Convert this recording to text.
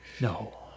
No